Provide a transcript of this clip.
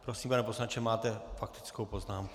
Prosím, pane poslanče, máte faktickou poznámku.